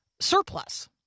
surplus